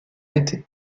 été